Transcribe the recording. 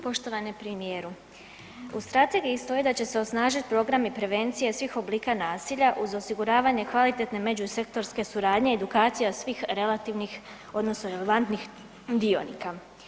Poštovani premijeru, u strategiji stoji da će se osnažiti program i prevencija svih oblika nasilja uz osiguravanje kvalitetne međusektorske suradnje, edukacija svih relativnih odnosno relevantnih dionika.